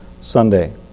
Sunday